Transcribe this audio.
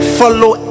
follow